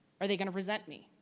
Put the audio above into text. are they gonna resent me?